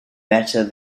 better